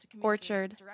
Orchard